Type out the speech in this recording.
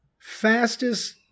Fastest